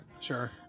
Sure